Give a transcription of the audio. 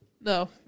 No